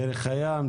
דרך הים,